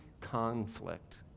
conflict